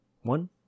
one